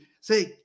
Say